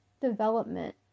development